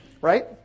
right